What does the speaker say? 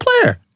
player